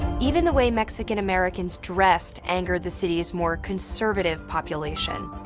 even the way mexican-americans dressed angered the city's more conservative population.